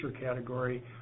category